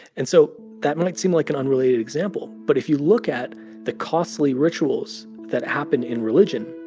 and so that might seem like an unrelated example, but if you look at the costly rituals that happen in religion,